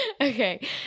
Okay